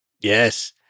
Yes